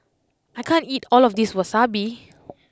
I can't eat all of this Wasabi